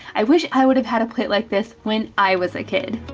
i wish i would have had a plate like this when i was a kid.